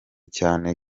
cyane